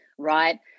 Right